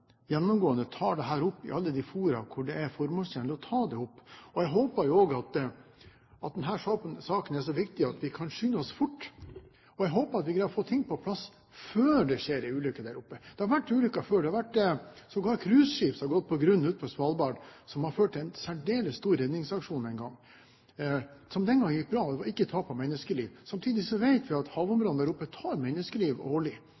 gjennomgående tar dette opp i alle de fora hvor det er formålstjenlig å ta det opp. Jeg håper også at denne saken er så viktig at vi kan skynde oss fort. Jeg håper vi kan greie å få ting på plass før det skjer en ulykke der oppe. Det har vært ulykker før. Det har sågar vært cruiseskip som har gått på grunn utenfor Svalbard, som førte til en særdeles stor redningsaksjon en gang – som den gang gikk bra. Det var ikke tap av menneskeliv. Samtidig vet vi at havområdene der oppe tar menneskeliv årlig,